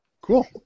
Cool